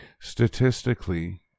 statistically